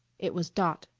it was dot.